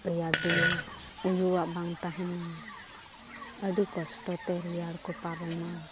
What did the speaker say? ᱨᱮᱭᱟᱲ ᱫᱤᱱ ᱩᱭᱩᱣᱟᱜ ᱵᱟᱝ ᱛᱟᱦᱮᱱᱟ ᱟᱹᱰᱤ ᱠᱚᱥᱴᱚᱛᱮ ᱨᱮᱭᱟᱲ ᱠᱚ ᱯᱟᱨᱚᱢᱟ